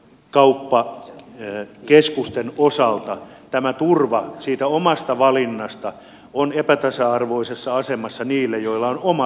siinä suhteessa kauppakeskusten osalta tämä turva siitä omasta valinnasta on epätasa arvoisessa asemassa niille joilla on oma liiketila